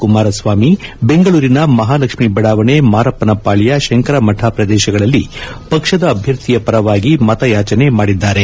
ಕುಮಾರಸ್ವಾಮಿ ಬೆಂಗಳೂರಿನ ಮಹಾಲಕ್ಷ್ಮಿ ಬಡಾವಣೆ ಮಾರಪ್ಪನ ಪಾಳ್ಯ ಶಂಕರಮಠ ಪ್ರದೇಶಗಳಲ್ಲಿ ಪಕ್ಷದ ಅಭ್ಯರ್ಥಿಯ ಪರವಾಗಿ ಮತಯಾಚನೆ ಮಾಡಿದ್ದಾರೆ